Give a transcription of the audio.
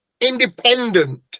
independent